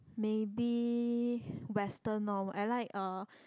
maybe Western loh I like uh